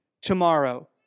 tomorrow